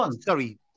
sorry